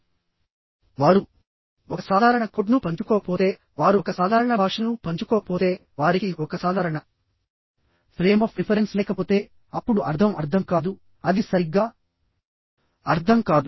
వారు ఒక సాధారణ కోడ్ను పంచుకోకపోతే వారు ఒక సాధారణ భాషను పంచుకోకపోతే వారికి ఒక సాధారణ ఫ్రేమ్ ఆఫ్ రిఫరెన్స్ లేకపోతే అప్పుడు అర్థం అర్థం కాదుఅది సరిగ్గా అర్థం కాదు